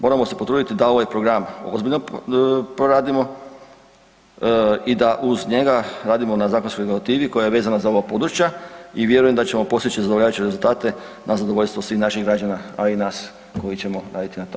Moramo se potruditi da ovaj program ozbiljno proradimo i da uz njega radimo na zakonskoj regulativi koja je vezana za ova područja i vjerujem da ćemo postići zadovoljavajuće rezultate na zadovoljstvo svih naših građana, a i nas koji ćemo raditi na tome.